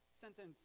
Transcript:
sentence